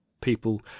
people